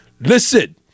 Listen